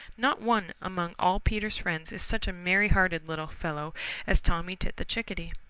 not one among all peter's friends is such a merry-hearted little fellow as tommy tit the chickadee.